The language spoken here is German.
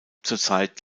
zurzeit